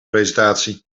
presentatie